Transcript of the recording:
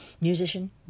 Musician